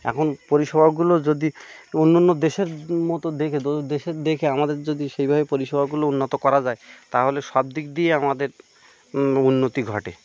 এখন পরিষেবাগুলো যদি একটু অন্য অন্য দেশের মতো দেখে দেশের দেখে আমাদের যদি সেইভাবে পরিষেবাগুলো উন্নত করা যায় তাহলে সব দিক দিয়ে আমাদের উন্নতি ঘটে